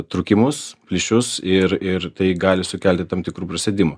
trūkimus plyšius ir ir tai gali sukelti tam tikrų prisėdimų